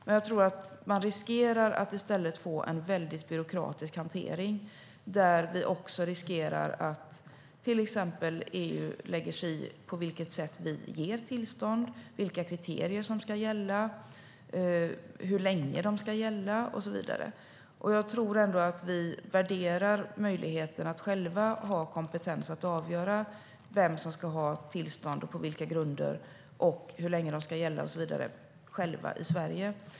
Men jag tror att man riskerar att få en väldigt byråkratisk hantering där vi också riskerar att till exempel EU lägger sig i på vilket sätt vi ger tillstånd, vilka kriterier som ska gälla, hur länge de ska gälla och så vidare. Jag tror ändå att vi värderar möjligheten att själva i Sverige ha kompetens att avgöra vem som ska ha tillstånd, på vilka grunder och hur länge de ska gälla och så vidare.